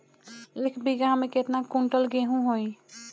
एक बीगहा में केतना कुंटल गेहूं होई?